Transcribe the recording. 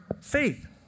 faith